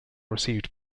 received